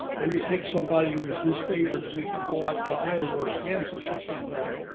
they would take somebody who was disfavored and make them go out to iowa or kansas or somewhere.